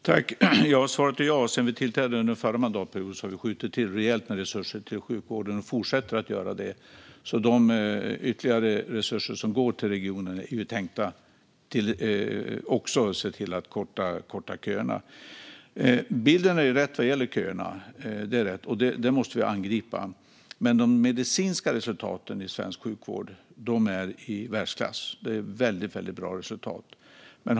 Fru talman! Svaret är ja. Sedan vi tillträdde den förra mandatperioden har vi tillskjutit rejält med resurser till sjukvården och fortsätter att göra det. De ytterligare resurser som går till regionerna är tänkta för att också se till att korta köerna. Bilden är rätt vad gäller köerna. Det måste vi angripa. Men de medicinska resultaten i svensk sjukvård är i världsklass. Det är väldigt bra resultat.